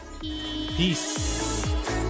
Peace